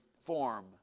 form